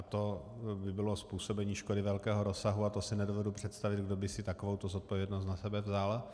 To by bylo způsobení škody velkého rozsahu a to si nedovedu představit, kdo by si takovouto zodpovědnost na sebe vzal.